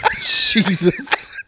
Jesus